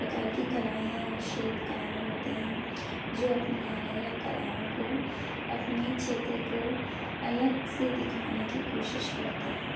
प्रकार की कलाएँ और शिल्पकार होते हैं जो अपनी अलग अलग कलाओं को अपने क्षेत्र को अलग से दिखाने की कोशिश करते हैं